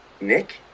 Nick